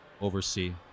oversee